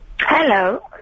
Hello